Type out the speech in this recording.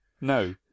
No